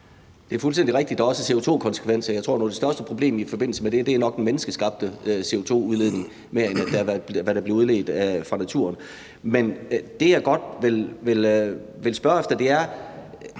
Det er fuldstændig rigtigt, at der også er CO2-konsekvenser, men jeg tror nu, det største problem i forbindelse med det nok er den menneskeskabte CO2-udledning – det er mere, end hvad der bliver udledt fra naturen. Men det, jeg godt vil spørge til, er,